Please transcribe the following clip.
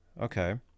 okay